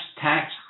tax